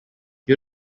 you